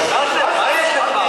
אזרח בה.